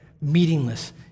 meaningless